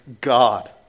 God